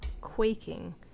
quaking